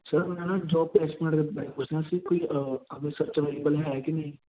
sir ਮੈਂ ਨਾ job placement ਬਾਰੇ ਪੁੱਛਣਾ ਸੀ ਕੋਈ ਅੰਮ੍ਰਿਤਸਰ 'ਚ ਅਵੇਲੇਬਲ ਹੈ ਕਿ ਨਹੀਂ